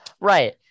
Right